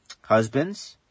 Husbands